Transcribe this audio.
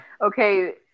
Okay